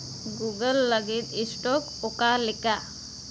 Google ᱞᱟᱹᱜᱤᱫ stock ᱚᱠᱟ ᱞᱮᱠᱟ